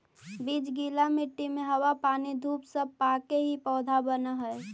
बीज गीला मट्टी में हवा पानी धूप सब पाके ही पौधा बनऽ हइ